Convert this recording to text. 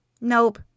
Nope